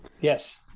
Yes